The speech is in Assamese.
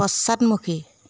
পশ্চাদমুখী